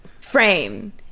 frame